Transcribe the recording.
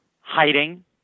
hiding